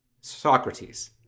Socrates